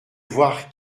voir